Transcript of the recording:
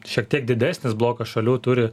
šiek tiek didesnis blokas šalių turi